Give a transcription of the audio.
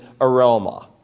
aroma